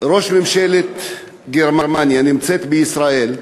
ראש ממשלת גרמניה נמצאת בישראל,